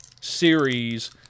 series